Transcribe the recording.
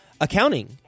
accounting